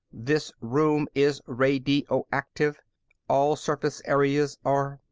this room is radioactive all surface areas are.